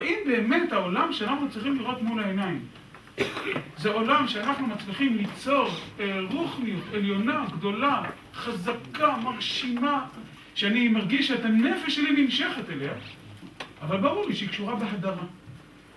האם באמת העולם שאנחנו מצליחים לראות מול העיניים זה עולם שאנחנו מצליחים ליצור רוחניות עליונה גדולה, חזקה, מרשימה שאני מרגיש את הנפש שלי נמשכת אליה, אבל ברור לי שהיא קשורה בהדרה.